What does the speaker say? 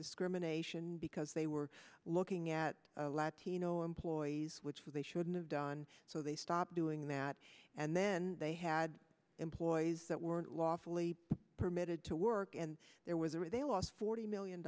discrimination because they were looking at latino employees which they shouldn't have done so they stopped doing that and then they had employees that were lawfully permitted to work and there was a way they lost forty million